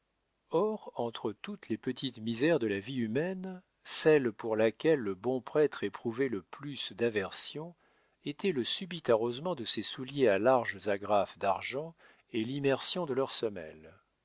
or entre toutes les petites misères de la vie humaine celle pour laquelle le bon prêtre éprouvait le plus d'aversion était le subit arrosement de ses souliers à larges agrafes d'argent et l'immersion de leurs semelles